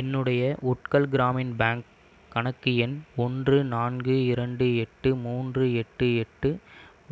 என்னுடைய உட்கல் கிராமின் பேங்க் கணக்கு எண் ஒன்று நான்கு இரண்டு எட்டு மூன்று எட்டு எட்டு